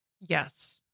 Yes